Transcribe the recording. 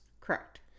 Correct